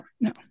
no